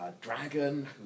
dragon